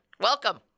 welcome